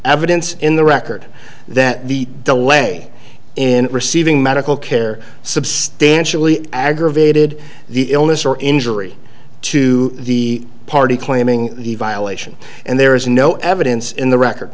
evidence in the record that the delay in receiving medical care substantially aggravated the illness or injury to the party claiming the violation and there is no evidence in the record